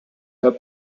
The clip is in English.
her